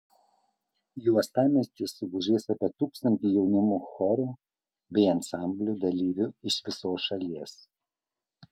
į uostamiestį sugužės apie tūkstantį jaunimo chorų bei ansamblių dalyvių iš visos šalies